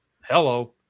Hello